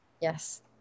Yes